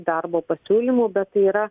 darbo pasiūlymų bet tai yra